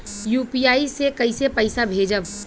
UPI से कईसे पैसा भेजब?